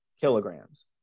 kilograms